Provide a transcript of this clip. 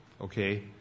okay